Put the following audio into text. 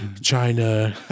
China